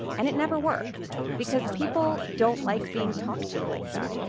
and it never worked because people don't like being talked to like that.